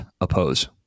oppose